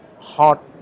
hot